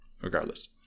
regardless